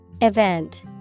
Event